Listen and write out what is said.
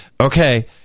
okay